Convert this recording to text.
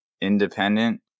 independent